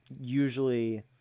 usually